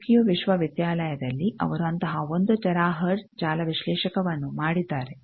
Tokyo ವಿಶ್ವವಿದ್ಯಾಲಯದಲ್ಲಿ ಅವರು ಅಂತಹ 1 ಟೆರಾ ಹರ್ಟ್ಜ್ ಜಾಲ ವಿಶ್ಲೇಷಕವನ್ನು ಮಾಡಿದ್ದಾರೆ